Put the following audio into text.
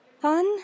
fun